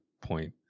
point